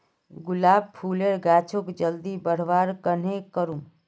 गुलाब फूलेर गाछोक जल्दी बड़का कन्हे करूम?